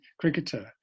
cricketer